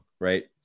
right